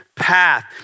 path